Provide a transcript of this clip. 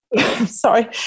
sorry